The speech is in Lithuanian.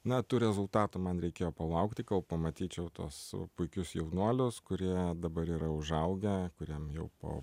na tų rezultatų man reikėjo palaukti kol pamatyčiau tuos puikius jaunuolius kurie dabar yra užaugę kuriem jau po